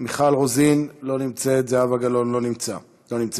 מיכל רוזין, אינה נוכחת, זהבה גלאון, אינה נוכחת,